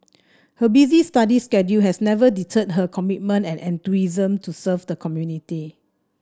her busy study schedule has never deterred her commitment and enthusiasm to serve the community